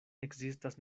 ekzistas